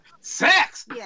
sex